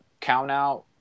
count-out